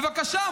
בבקשה,